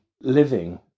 living